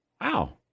Wow